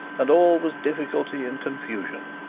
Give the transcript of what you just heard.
and all was difficulty and confusion.